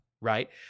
right